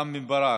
רם בן ברק,